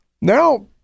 Now